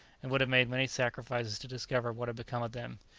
and would have made many sacrifices to discover what had become of them.